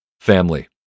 Family